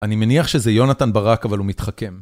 אני מניח שזה יונתן ברק אבל הוא מתחכם